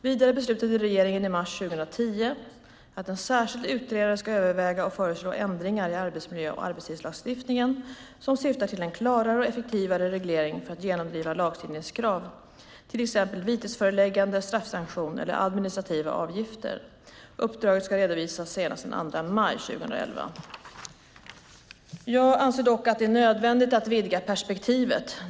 Vidare beslutade regeringen i mars 2010 att en särskild utredare ska överväga och föreslå ändringar i arbetsmiljö och arbetstidslagstiftningen som syftar till en klarare och effektivare reglering för att genomdriva lagstiftningens krav, till exempel vitesföreläggande, straffsanktion eller administrativa avgifter. Uppdraget ska redovisas senast den 2 maj 2011. Jag anser dock att det är nödvändigt att vidga perspektivet.